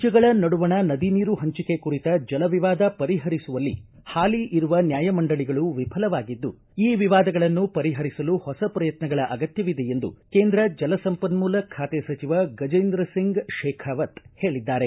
ರಾಜ್ಯಗಳ ನಡುವಣ ನದಿ ನೀರು ಪಂಚಿಕೆ ಕುರಿತ ಜಲ ವಿವಾದ ಪರಿಹರಿಸುವಲ್ಲಿ ಹಾಲಿ ಇರುವ ನ್ಯಾಯಮಂಡಳಿಗಳು ವಿಫಲವಾಗಿದ್ದು ಈ ವಿವಾದಗಳನ್ನು ಪರಿಪರಿಸಲು ಹೊಸ ಪ್ರಯತ್ನಗಳ ಅಗತ್ಯವಿದೆ ಎಂದು ಕೇಂದ್ರ ಜಲ ಸಂಪನ್ಮೂಲ ಖಾತೆ ಸಚಿವ ಗಜೇಂದ್ರಸಿಂಗ್ ಶೇಖಾವತ್ ಹೇಳಿದ್ದಾರೆ